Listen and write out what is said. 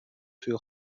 توی